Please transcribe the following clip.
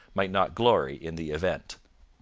might not glory in the event